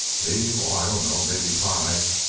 me? oh, i dunno. maybe five.